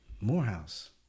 Morehouse